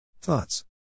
Thoughts